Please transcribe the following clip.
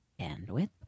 bandwidth